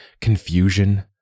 confusion